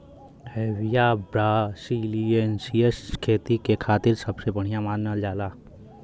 Hevea brasiliensis खेती क खातिर सबसे बढ़िया मानल जाला